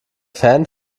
fan